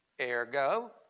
ergo